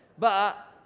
but,